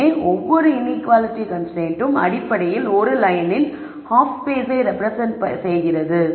எனவே ஒவ்வொரு இன்ஈக்குவாலிட்டி கன்ஸ்ரைன்ட்டும் அடிப்படையில் ஒரு லயனின் ஹாஃப் ஸ்பேஸை ரெப்ரசென்ட் செய்கிறது